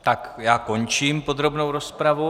Tak já končím podrobnou rozpravu.